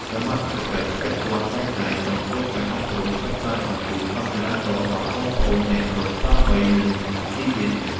សមត្ថកិច្ចពាក់ព័ន្ធតែងតែចុះធ្វើការអប់រំផ្សព្វផ្សាយអំពីច្បាប់ចរាចរណ៍ដល់បងប្អូនអ្នករត់កង់បី និងតាក់ស៊ីជានិច្ច។